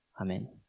Amen